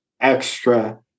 extra